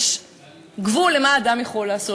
יש גבול למה שאדם יכול לעשות.